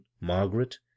Margaret